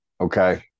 Okay